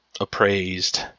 appraised